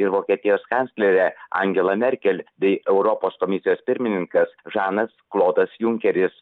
ir vokietijos kanclerė angela merkel bei europos komisijos pirmininkas žanas klodas junkeris